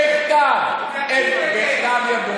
בכתב.